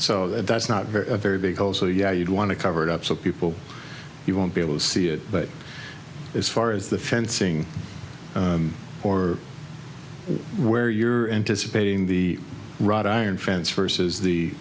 so that's not very big also yeah you'd want to cover it up so people you won't be able to see it but as far as the fencing or where you're anticipating the wrought iron fence versus the